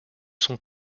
son